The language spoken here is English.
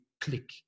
click